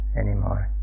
anymore